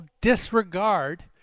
disregard